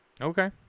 Okay